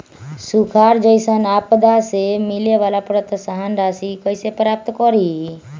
सुखार जैसन आपदा से मिले वाला प्रोत्साहन राशि कईसे प्राप्त करी?